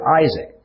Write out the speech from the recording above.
Isaac